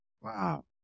Wow